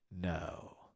no